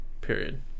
Period